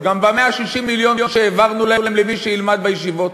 הוא גם ב-160 המיליון שהעברנו להם למי שילמד בישיבות.